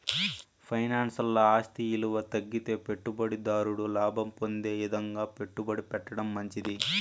ఫైనాన్స్ల ఆస్తి ఇలువ తగ్గితే పెట్టుబడి దారుడు లాభం పొందే ఇదంగా పెట్టుబడి పెట్టడం మంచిది